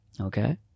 okay